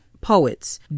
poets